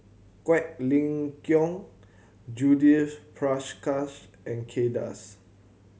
Quek Ling Kiong Judith Prakash and Kay Das